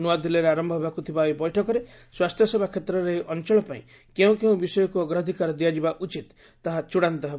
ନ୍ନଆଦିଲ୍ଲୀରେ ଆରମ୍ଭ ହେବାକୁ ଥିବା ଏହି ବୈଠକରେ ସ୍ୱାସ୍ଥ୍ୟସେବା କ୍ଷେତ୍ରରେ ଏହି ଅଞ୍ଚଳପାଇଁ କେଉଁ ବିଷୟକୁ ଅଗ୍ରାଧିକାର ଦିଆଯିବା ଉଚିତ ତାହା ଏହି ବୈଠକରେ ଚୂଡ଼ାନ୍ତ ହେବ